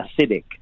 acidic